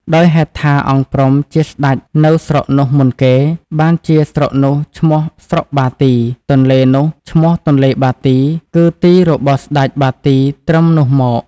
ដោយហេតុថា អង្គព្រំ ជាសេ្តចនៅស្រុកនោះមុនគេ បានជាស្រុកនោះឈ្មោះ ស្រុកបាទី ទនេ្លនោះឈ្មោះទនេ្លបាទីគឺទីរបស់ស្ដេចបាទីត្រឹមនោះមក។